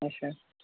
اَچھا